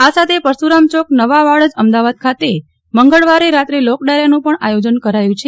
આ સાથે પશુરામ ચોક નવા વાડજ અમદાવાદ ખાતે મંગળવારે રાત્રે લોકડાયરા નું પણ આયોજન કરાયું છે